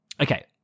Okay